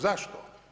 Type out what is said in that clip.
Zašto?